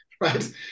right